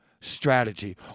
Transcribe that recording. strategy